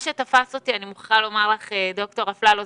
ד"ר אפללו,